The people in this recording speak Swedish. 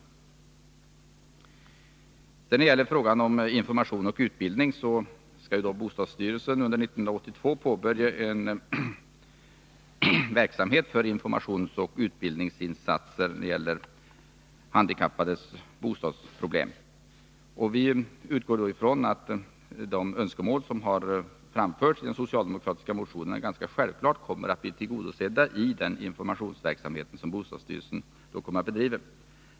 När det gäller information och utbildning skall bostadsstyrelsen under 1982 påbörja en verksamhet för informationsoch utbildningsinsatser beträffande handikappades bostadsproblem. Vi utgår från att de önskemål som har framförts i den socialdemokratiska motionen självfallet kommer att bli tillgodosedda i den informationsverksamhet som bostadsstyrelsen kommer att bedriva.